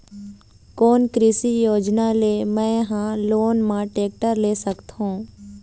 कोन कृषि योजना ले मैं हा लोन मा टेक्टर ले सकथों?